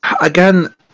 Again